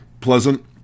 pleasant